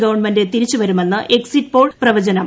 government തിരൂച്ചുവരുമെന്ന് exit poll പ്രവചനം